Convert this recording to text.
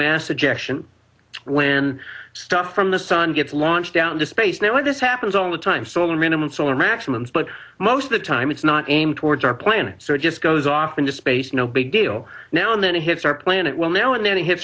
mass ejection when stuff from the sun gets launched down to space now when this happens all the time solar minimum solar maximum but most of the time it's not aimed towards our planet so it just goes off into space no big deal now and then it hits our planet well now and then it hi